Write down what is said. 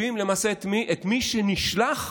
ותוקפים למעשה את מי שנשלח